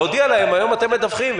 להודיע להם: היום אתם מדווחים,